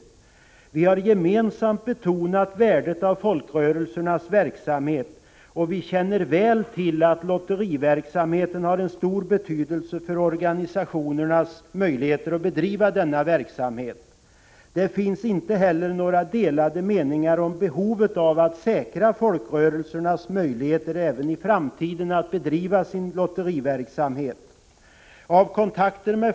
Vi har gemensamt betonat värdet av folkrörelsernas verksamhet, och vi känner väl till att lotteriverksamheten har stor betydelse för organisationernas möjligheter att bedriva sin verksamhet. Det finns inte heller några delade meningar om behovet av att säkra folkrörelsernas möjligheter att även i framtiden bedriva sin lotteriverksamhet.